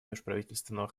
межправительственного